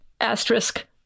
asterisk